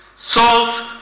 salt